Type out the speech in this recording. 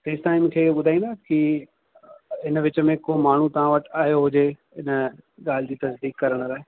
तेसिताईं मूंखे इहो ॿुधाईंदव कि इन विच में को माण्हू तव्हां वटि आहियो हुजे इन ॻाल्हि जी तफ़तीश करण लाइ